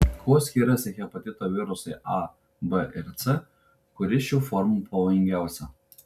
kuo skiriasi hepatito virusai a b ir c kuri šių formų pavojingiausia